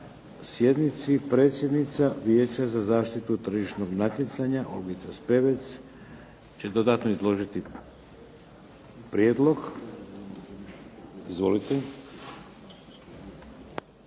sjednici. Predsjednica Vijeća za zaštitu tržišnog natjecanja Olgica Spevec će dodatno izložiti prijedlog. Izvolite.